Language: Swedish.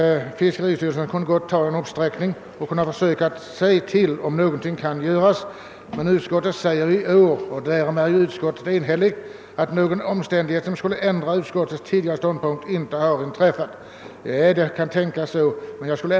Fiskeristyrelsen borde verkligen få i uppdrag att undersöka om någonting kan göras. Utskottet säger i år i sitt enhälliga utlåtande, att någon omständighet som skulle ändra utskottets tidigare ståndpunkt inte har tillkommit. Det låter sig sägas.